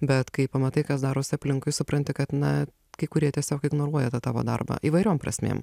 bet kai pamatai kas darosi aplinkui supranti kad na kai kurie tiesiog ignoruoja tą tavo darbą įvairiom prasmėm